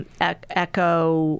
echo